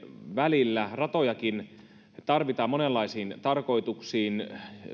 välillä ratojakin tarvitaan monenlaisiin tarkoituksiin